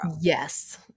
Yes